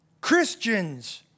Christians